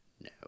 no